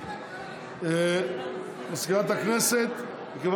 תקריאו את כל השמות.